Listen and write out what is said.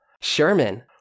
Sherman